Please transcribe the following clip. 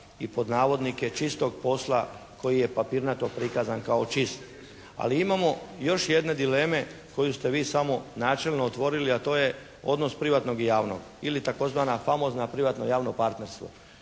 i pod navodnike "čistog" posla koji je papirnato prikazan kao čist. Ali imamo još jedne dileme koju ste vi samo načelno otvorili, a to je odnos privatnog i javnog, ili tzv. famozna privatno-javno partnerstvo.